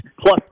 plus